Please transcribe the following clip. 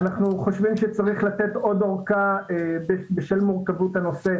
אנו חושבים שצריך לתת עור אורכה בשל מורכבות הנושא,